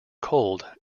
cold